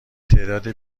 تعداد